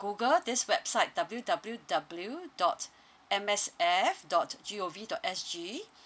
google this website W W W dot M S F dot G_O_V dot S_G